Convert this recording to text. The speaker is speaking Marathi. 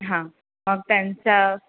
हां मग त्यांचा